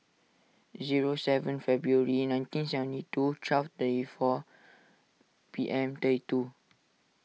zero seven February nineteen seventy two twelve thirty four P M thirty two